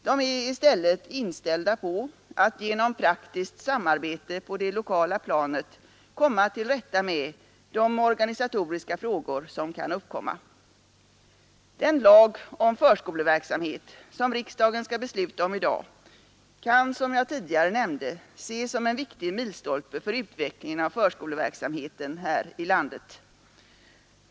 De är i stället inställda på att genom praktiskt samarbete på det lokala planet komma till rätta med de organisatoriska frågor som kan uppkomma. Den lag om förskoleverksamhet som riksdagen skall besluta om i dag kan, som jag tidigare nämnt, ses som en viktig milstolpe för utvecklingen av förskoleverksamheten här i landet.